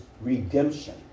redemption